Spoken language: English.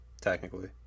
technically